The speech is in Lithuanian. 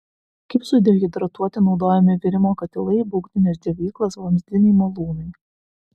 gipsui dehidratuoti naudojami virimo katilai būgninės džiovyklos vamzdiniai malūnai